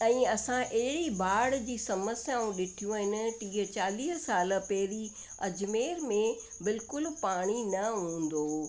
ऐं असां अहिड़ी बाड़ जी सम्सयाऊं ॾिठियूं आहिनि टीह चालीह साल पहिरीं अजमेर में बिल्कुलु पाणी न हूंदो हुओ